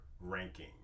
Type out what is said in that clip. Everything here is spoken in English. ranking